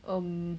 um